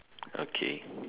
okay